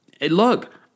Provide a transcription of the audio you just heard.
look